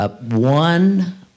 one